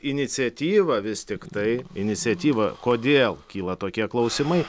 iniciatyva vis tiktai iniciatyva kodėl kyla tokie klausimai